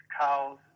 cows